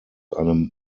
einem